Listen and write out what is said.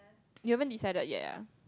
you haven't decided yet ah